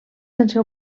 sense